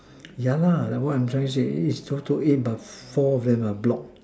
yeah lah like what I trying to say but four of them are blocked